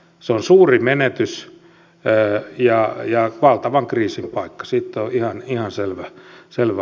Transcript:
se on suuri menetys ja valtavan kriisin paikka se on ihan selvä asia